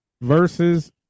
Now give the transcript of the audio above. versus